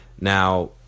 Now